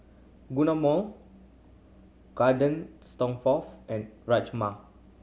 Guacamole Garden and Rajma